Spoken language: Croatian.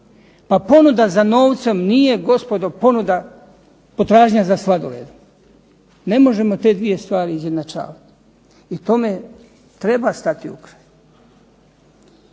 Pa ponuda za novcem nije gospodo potražnja za sladoledom. Ne možemo te dvije stvari izjednačavati i tome treba stati na kraj.